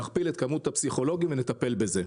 נכפיל את כמות הפסיכולוגים ונטפל בזה.